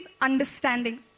understanding